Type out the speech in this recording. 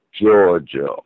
Georgia